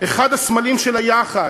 אחד הסמלים של היחד,